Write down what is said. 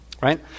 right